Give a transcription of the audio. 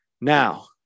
Now